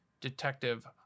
Detective